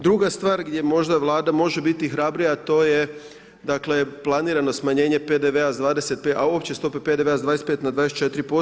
Druga stvar gdje vlada može biti hrabrija, a to je planirano smanjenje PDV sa, a opće stope PDV-a s 25 na 24%